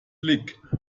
blick